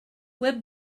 web